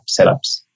setups